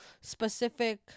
specific